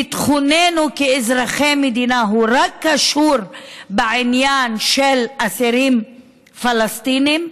ביטחוננו כאזרחי מדינה קשור רק בעניין של אסירים פלסטינים?